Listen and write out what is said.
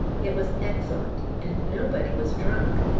it was excellent, and nobody was drunk!